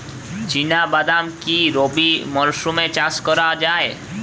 চিনা বাদাম কি রবি মরশুমে চাষ করা যায়?